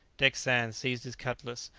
dick sands seized his cutlass,